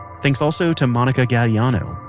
thanks also to monica gagliano,